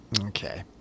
Okay